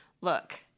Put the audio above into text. look